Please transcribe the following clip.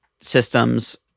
systems